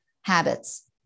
habits